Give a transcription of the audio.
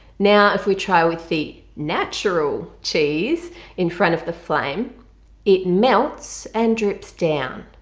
now if we try with the natural cheese in front of the flame it melts and drips down.